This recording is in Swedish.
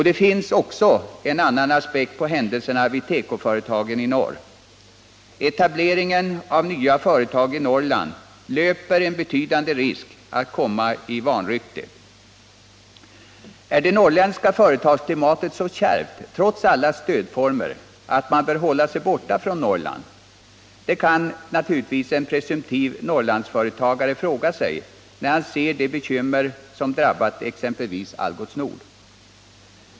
Det finns också en annan aspekt på händelserna vid tekoföretagen i norr. Etableringen av nya företag i Norrland löper en betydande risk att komma i vanrykte. Är det norrländska företagsklimatet så kärvt, trots alla stödformer, att man bör hålla sig borta från Norrland? kan naturligtvis en presumtiv Norrlandsföretagare fråga sig, när han ser de bekymmer som drabbat exempelvis Algots Nord.